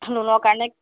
লোনৰ কাৰণে